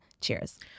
cheers